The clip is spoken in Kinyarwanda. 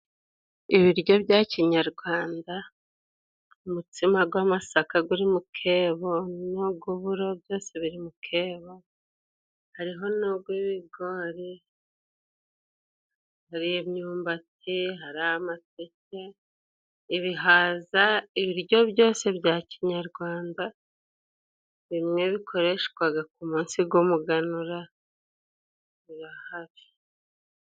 Ibiryo bya kinyarwanda umutsima gw'amasaka guri mukebo n'uguburo byose biri mukeba hariho n'ugwibigori hari myumbati hari amateke ibihaza ibiryo byose bya kinyarwanda bimwe bikoreshwaga ku munsi gw'umuganura birahari